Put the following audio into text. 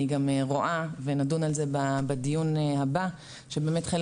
אני גם רואה ונדון על זה בדיון הבא שבאמת חלק